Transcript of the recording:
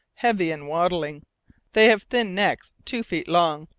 heavy, and waddling they have thin necks two feet long,